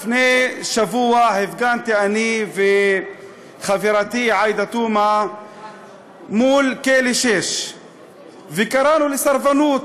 לפני שבוע הפגנו אני וחברתי עאידה תומא מול כלא 6 וקראנו לסרבנות,